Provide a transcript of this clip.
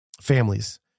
families